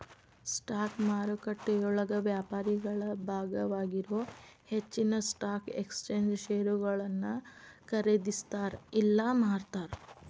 stock ಮಾರುಕಟ್ಟೆಯೊಳಗ ವ್ಯಾಪಾರಿಗಳ ಭಾಗವಾಗಿರೊ ಹೆಚ್ಚಿನ್ ಸ್ಟಾಕ್ ಎಕ್ಸ್ಚೇಂಜ್ ಷೇರುಗಳನ್ನ ಖರೇದಿಸ್ತಾರ ಇಲ್ಲಾ ಮಾರ್ತಾರ